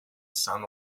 some